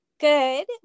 good